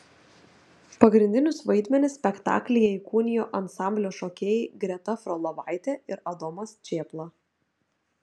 pagrindinius vaidmenis spektaklyje įkūnijo ansamblio šokėjai greta frolovaitė ir adomas čėpla